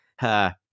ha